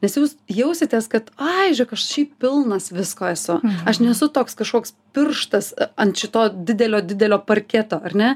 nes jūs jausitės kad ai žėk aš šiaip pilnas visko esu aš nesu toks kažkoks pirštas ant šito didelio didelio parketo ar ne